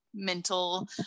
mental